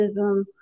racism